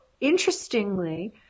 interestingly